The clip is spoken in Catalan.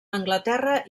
anglaterra